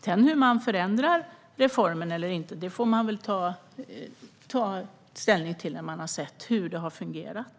Om man sedan ska förändra reformen eller inte får man väl ta ställning till när man ser hur det har fungerat.